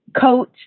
coach